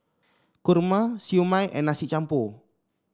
kurma Siew Mai and Nasi Campur